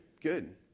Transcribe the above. Good